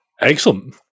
Excellent